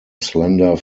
slender